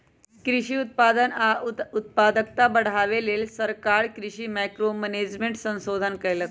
कृषि उत्पादन आ उत्पादकता बढ़ाबे लेल सरकार कृषि मैंक्रो मैनेजमेंट संशोधन कएलक